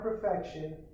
perfection